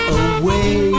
away